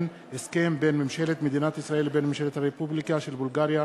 הסכם בין ממשלת מדינת ישראל לבין ממשלת הרפובליקה של בולגריה